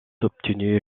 obtenu